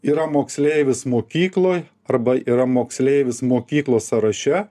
yra moksleivis mokykloj arba yra moksleivis mokyklos sąraše